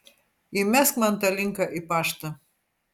įmesk man tą linką į paštą